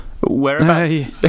whereabouts